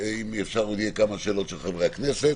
אם יתאפשר, יהיו עוד כמה שאלות של חברי הכנסת.